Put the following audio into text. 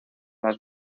las